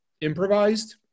improvised